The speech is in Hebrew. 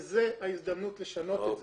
וזו ההזדמנות לשנות את זה.